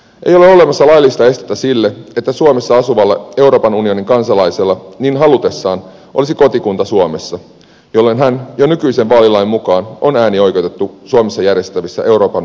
ei ole olemassa laillista estettä sille että suomessa asuvalla euroopan unionin kansalaisella niin halutessaan olisi kotikunta suomessa jolloin hän jo nykyisen vaalilain mukaan on äänioikeutettu suomessa järjestettävissä euroopan parlamentin vaaleissa